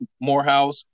Morehouse